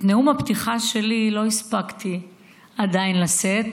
את נאום הפתיחה שלי לא הספקתי עדיין לשאת,